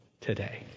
today